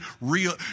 real